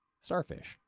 starfish